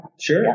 Sure